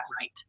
right